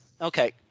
okay